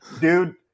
dude